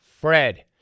Fred